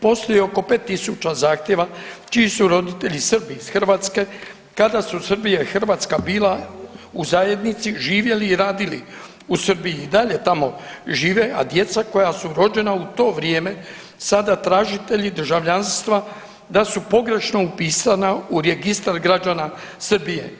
Postoji oko 5000 zahtjeva čiji su roditelji Srbi iz Hrvatske kada su Srbija i Hrvatska bila u zajednici, živjeli i radili u Srbiji i dalje tamo žive, a djeca koja su rođena u to vrijeme sada tražitelji državljanstva da su pogrešno upisana u registar građana Srbije.